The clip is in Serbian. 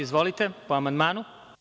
Izvolite, po amandmanu.